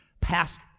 past